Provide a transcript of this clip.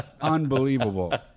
Unbelievable